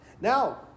Now